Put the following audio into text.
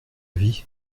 vie